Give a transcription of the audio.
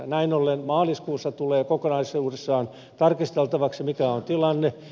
näin ollen maaliskuussa tulee kokonaisuudessaan tarkasteltavaksi mikä on tilanne